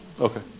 Okay